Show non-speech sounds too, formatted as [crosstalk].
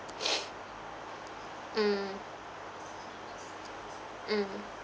[noise] mm mm